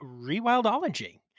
rewildology